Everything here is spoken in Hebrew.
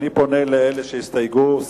אני פונה לאלה שהסתייגו,